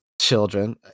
Children